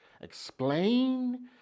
explain